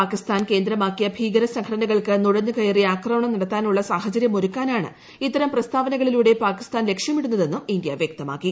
പാകിസ്ഥാൻ കേന്ദ്രമാക്കിയ ഭീകര സംഘടനകൾക്ക് നുഴഞ്ഞുകയറി ആക്രമണം നടത്താനുള്ള സാഹചര്യമൊരുക്കാനാണ് പാകിസ്ഥാൻ ഇത്തരം പ്രസ്താവനകളിലൂടെ പാകിസ്ഥാൻ ലക്ഷ്യമിടന്നതെന്നും ഇന്ത്യ വൃക്തമാക്കി